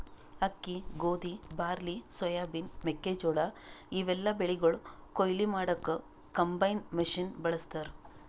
ಅಕ್ಕಿ ಗೋಧಿ barley soybean ಮೆಕ್ಕೆಜೋಳಾ ಇವೆಲ್ಲಾ ಬೆಳಿಗೊಳ್ ಕೊಯ್ಲಿ ಮಾಡಕ್ಕ್ ಕಂಬೈನ್ ಮಷಿನ್ ಬಳಸ್ತಾರ್